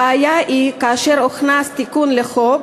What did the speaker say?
הבעיה היא שכאשר הוכנס התיקון לחוק